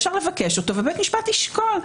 אפשר לבקש אותו ובית המשפט ישקול.